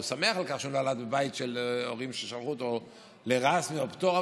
הוא שמח על כך שהוא נולד בבית של הורים ששלחו אותו לרשמי או לפטור,